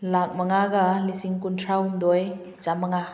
ꯂꯥꯈ ꯃꯉꯥꯒ ꯂꯤꯁꯤꯡ ꯈꯨꯟꯊ꯭ꯔꯥꯍꯨꯝꯗꯣꯏ ꯆꯥꯝꯃꯉꯥ